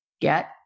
get